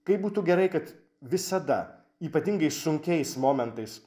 kaip būtų gerai kad visada ypatingai sunkiais momentais